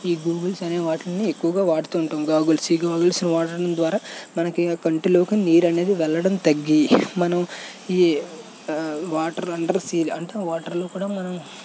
ఈ గూగుల్ అనే వాటిని ఎక్కువగా వాడుతుంటాం గాగుల్స్ ఈ గాగుల్స్ వాడడం ద్వారా మనకి కంటిలోకి నీరు అనేది వెళ్లడం తగ్గి మనం ఈ వాటర్ అండర్ సి అంటే వాటర్లో కూడా మనం